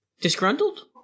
disgruntled